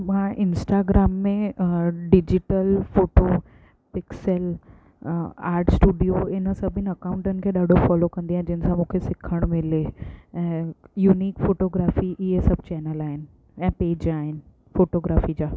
मां इंस्टाग्राम में digital photo pixel art studio आहिनि सभिनि अकाउंटनि खे ॾाढो फॉलो कंदी आहियां जंहिंसां मूंखे सिखणु मिले ऐं युनीक फोटोग्राफी इहे सभु चैनल आहिनि या पेज आहिनि फोटोग्राफी जा